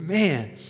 Man